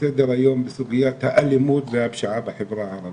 בסוגיית האלימות והפשיעה בחברה הערבית.